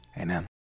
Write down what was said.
Amen